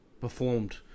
performed